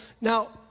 Now